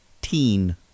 Teen